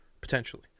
potentially